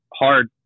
hard